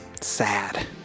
sad